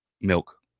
milk